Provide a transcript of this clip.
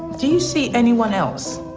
do you see anyone else?